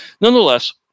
Nonetheless